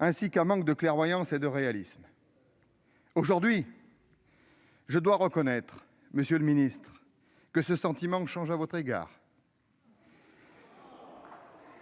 ainsi qu'un manque de clairvoyance et de réalisme. Aujourd'hui, je dois reconnaître, monsieur le ministre, que ce sentiment change à votre égard. Je veux même